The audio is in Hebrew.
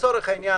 לצורך העניין